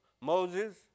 Moses